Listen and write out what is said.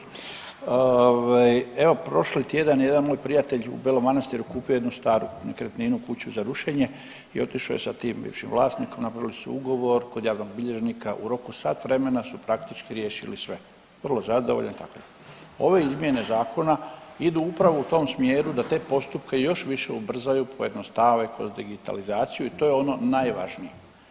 Evo prošli tjedan jedan moj prijatelj u Belom Manastiru kupio je jednu staru nekretninu kuću za rušenje i otišao je sa tim bivšim vlasnikom napravili su ugovor kod javnog bilježnika u roku sat vremena su praktički riješili sve, vrlo zadovoljan itd., ove izmjene zakona idu upravo u tom smjeru da te postupke još više ubrzaju, pojednostave kroz digitalizaciju i to je ono najvažnije.